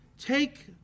take